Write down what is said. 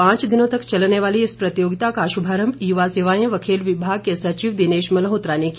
पांच दिनों तक चलने वाली इस प्रतियोगिता का शुभारंभ युवा सेवाएं व खेल विभाग के सचिव दिनेश मल्होत्रा ने किया